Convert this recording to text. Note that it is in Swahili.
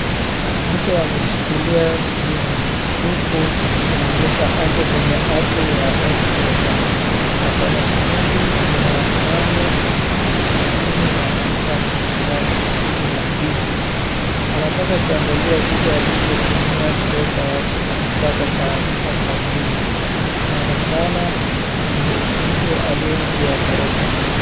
Mtu ameshikilia simu huku inaonyesha ako kwenye apu ya Mpesa. Ako na shilingi mia tano tisini na tisa nukta sitini na mbili. Anataka kuangalia alivyotumia pesa yake na kupata taarifa kamili. Inaonekana ni mtu aliye nje ya gorofa.